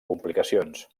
complicacions